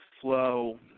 flow